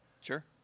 Sure